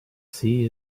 sea